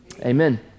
amen